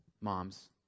moms